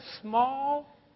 small